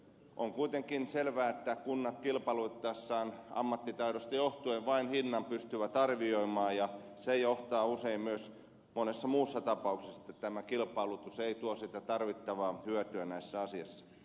on kuitenkin selvää että kunnat kilpailuttaessaan ammattitaidosta johtuen vain hinnan pystyvät arvioimaan ja se johtaa usein myös monessa muussa tapauksessa siihen että kilpailutus ei tuo sitä tarvittavaa hyötyä näissä asioissa